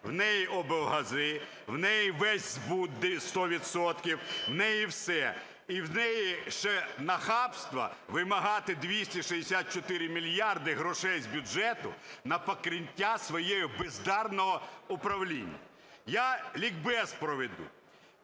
В неї облгази, в неї весь збут, сто відсотків, в неї все. І в неї ще нахабства вимагати 264 мільярди грошей з бюджету на покриття свого бездарного управління. Я лікбез проведу.